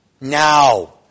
now